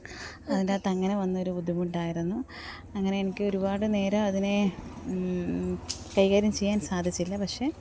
അതിൻ്റെ അകത്ത് അങ്ങനെ വന്നൊരു ബുദ്ധിമുട്ട് ആയിരുന്നു അങ്ങനെ എനിക്ക് ഒരുപാട് നേരം അതിനെ കൈകാര്യം ചെയ്യാന് സാധിച്ചില്ല പക്ഷെ